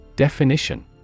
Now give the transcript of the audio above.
Definition